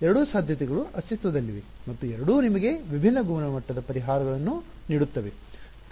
ಎರಡೂ ಸಾಧ್ಯತೆಗಳು ಅಸ್ತಿತ್ವದಲ್ಲಿವೆ ಮತ್ತು ಎರಡೂ ನಿಮಗೆ ವಿಭಿನ್ನ ಗುಣಮಟ್ಟದ ಪರಿಹಾರಗಳನ್ನು ನೀಡುತ್ತವೆ